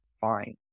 fine